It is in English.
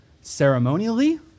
ceremonially